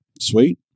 Sweet